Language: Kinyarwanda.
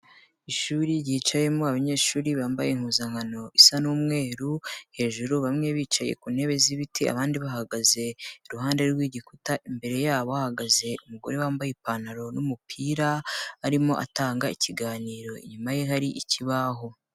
Ishuri ryicayemo abanyeshuri bambaye impuzankano isa n'umweru hejuru, bamwe bicaye ku ntebe z'ibiti, abandi bahagaze iruhande rw'igikuta, imbere yabo hahagaze umugore wambaye ipantaro n'umupira, arimo atanga ikiganiro, inyuma ye hari ikibaho.